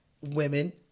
women